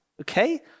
Okay